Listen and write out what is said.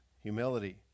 humility